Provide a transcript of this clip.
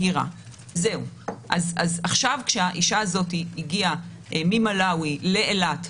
אז עכשיו כשהאישה הזאת הגיעה ממלאווי לאילת,